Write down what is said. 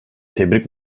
tebrik